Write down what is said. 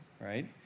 right